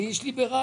אני איש ליברלי.